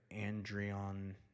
Andreon